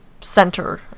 center